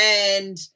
And-